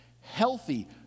Healthy